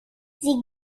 sie